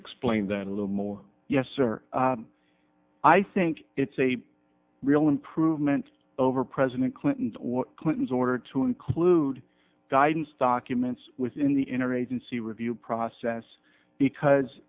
explain that a little more yes or i think it's a real improvement over president clinton's order to include guidance documents within the inner agency review process because